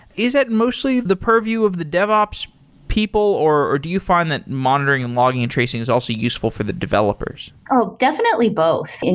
is that mostly the purview of the dev ops peoples or or do you find that monitoring and logging and tracing is also useful for the developers? oh, definitely both. and